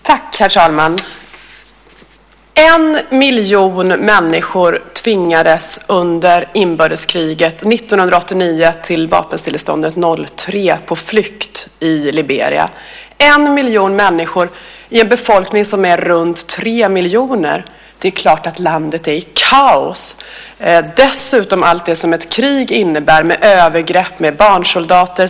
Herr talman! En miljon människor tvingades under inbördeskriget från 1989 till vapenstilleståndet 2003 på flykt i Liberia, en miljon människor i en befolkning som är runt tre miljoner. Det är klart att landet är i kaos, dessutom med allt det som ett krig innebär med övergrepp och barnsoldater.